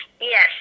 Yes